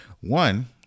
One